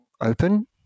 open